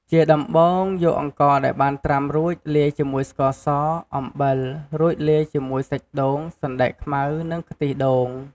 ជាដំបូងយកអង្ករដែលបានត្រាំរួច លាយជាមួយស្ករស អំបិល រួចលាយជាមួយសាច់ដូង សណ្ដែកខ្មៅ និងខ្ទិះដូង។